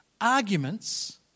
arguments